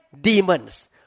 demons